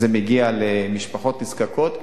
וזה מגיע למשפחות נזקקות.